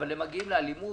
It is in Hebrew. אבל הם מגיעים לאלימות